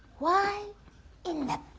why in the